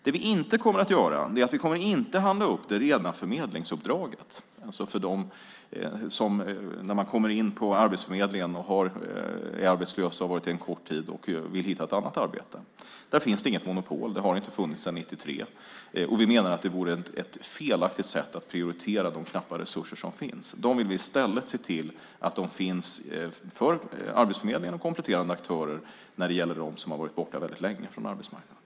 Det vi inte kommer att göra är att upphandla det rena förmedlingsuppdraget för dem som har varit arbetslösa en kort tid, kommer in på arbetsförmedlingen och vill hitta ett annat arbete. Där finns det inget monopol. Det har inte funnits det sedan 1993. Vi menar att det vore ett felaktigt sätt att prioritera de knappa resurser som finns. Vi vill i stället se till att de finns för Arbetsförmedlingen och kompletterande aktörer när det gäller dem som har varit borta väldigt länge från arbetsmarknaden.